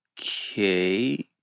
Okay